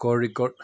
Kozhikode